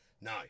no